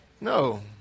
No